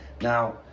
Now